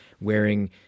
wearing